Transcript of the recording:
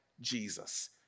Jesus